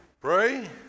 Pray